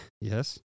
Yes